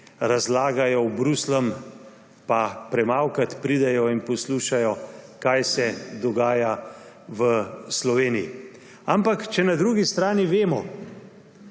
razlagajo v Bruslju, pa premalokrat pridejo in poslušajo, kaj se dogaja v Slovenije. Ampak če na drugi strani vemo,